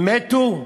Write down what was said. הם מתו?